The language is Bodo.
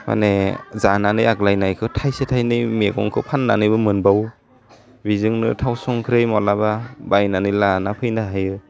माने जानानै आग्लायनायखो थाइसे थाइनै मैगंखौ फान्नानैबो मोनबावो बेजोंनो थाव संख्रि माब्लाबा बायनानै लाना फैनो हायो